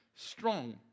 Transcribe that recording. Strong